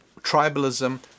tribalism